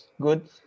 good